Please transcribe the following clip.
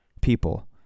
people